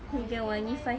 ya you can buy